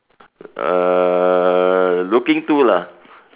uh looking to lah